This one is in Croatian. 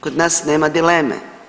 Kod nas nema dileme.